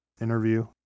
interview